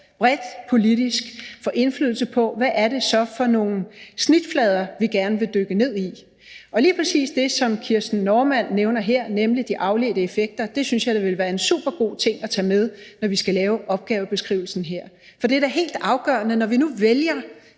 bredt politisk får indflydelse på, hvad det er for nogle snitflader, vi gerne vil dykke ned i. Og lige præcis det, som Kirsten Normann Andersen nævner her, nemlig de afledte effekter, synes jeg da ville være en supergod ting at tage med, når vi skal lave opgavebeskrivelsen her. For det er da helt afgørende, når vi nu vælger